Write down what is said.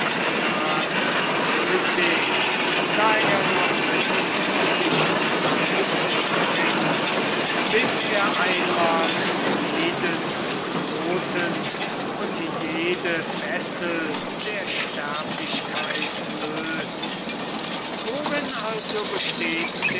da er noch mit menschlichen verhältnissen ringt bis er einmal jenen knoten und jede fessel der sterblichkeit löst worin also besteht